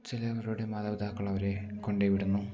ചിലവരുടെ മാതപിതാക്കൾ അവരെ കൊണ്ടു വിടുന്നു